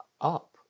up